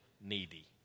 needy